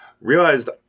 realized